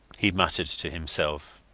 he muttered to himself.